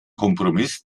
kompromiss